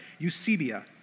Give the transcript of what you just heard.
eusebia